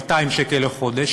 200 שקל לחודש,